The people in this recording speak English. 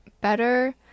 better